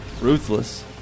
Ruthless